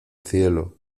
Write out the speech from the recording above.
cielo